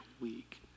week